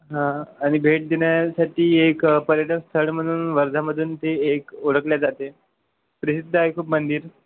हां आणि भेट देण्यासाठी एक पर्यटन स्थळ म्हणून वर्धामधून ते एक ओळखले जाते प्रसिद्ध आहे खूप मंदिर